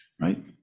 right